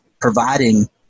providing